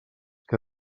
que